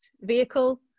vehicle